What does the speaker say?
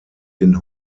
den